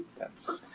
that's.